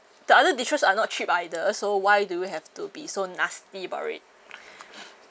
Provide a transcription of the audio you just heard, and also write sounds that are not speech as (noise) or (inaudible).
the other dishes are not cheap either so why do we have to be so nasty about it (breath)